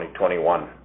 2021